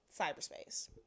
cyberspace